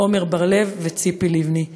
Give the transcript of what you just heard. עמר בר-לב וציפי לבני.